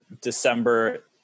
December